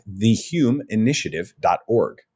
thehumeinitiative.org